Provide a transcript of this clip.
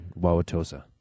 Wauwatosa